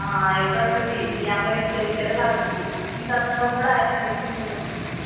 మీ అబ్బాయికి తెలివితేటలు మీ సంతకం కూడా ఆయనే పెట్టి తీసుకోస్తున్నాడు